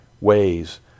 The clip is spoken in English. ways